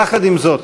יחד עם זאת,